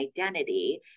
identity